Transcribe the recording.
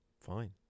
Fine